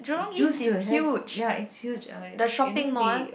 it used to have ya it's huge I you know the